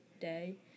day